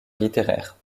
littéraire